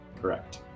Correct